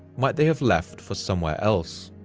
might they have left for somewhere else?